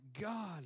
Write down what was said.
God